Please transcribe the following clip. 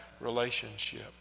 relationship